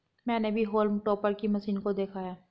मैंने भी हॉल्म टॉपर की मशीन को देखा है